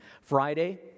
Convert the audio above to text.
Friday